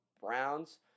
Browns